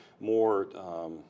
more